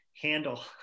handle